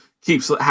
keeps